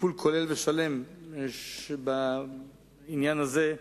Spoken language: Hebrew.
טיפול כולל ושלם בעניין הזה,